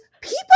people